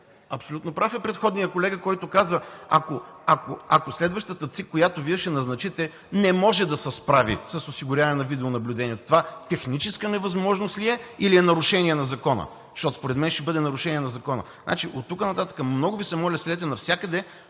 Абсолютно прав е предходният колега, който каза, че ако следващата ЦИК, която Вие ще назначите, не може да се справи с осигуряване на видеонаблюдение, това техническа невъзможност ли е, или е нарушение на закона? Защото според мен ще бъде нарушение на закона. Оттук нататък, много Ви моля, следете навсякъде